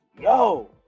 yo